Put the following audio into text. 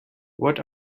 what